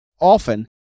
often